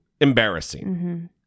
embarrassing